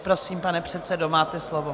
Prosím, pane předsedo, máte slovo.